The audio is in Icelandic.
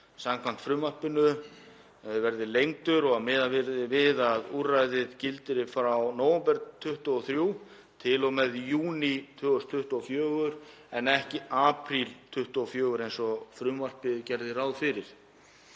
samkvæmt frumvarpinu verði lengdur og að miðað verði við að úrræðið gildi frá nóvember 2023 til og með júní 2024 en ekki apríl 2024 eins og gert var ráð fyrir